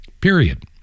period